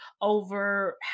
over